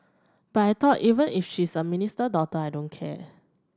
but I thought even if she's a minister daughter I don't care